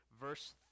verse